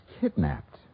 kidnapped